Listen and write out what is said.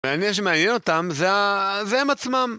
והעניין שמעניין אותם, זה הם עצמם.